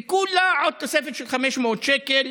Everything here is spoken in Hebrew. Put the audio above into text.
וזה כולה עוד תוספת של עוד 500 שקל,